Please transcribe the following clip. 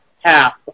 half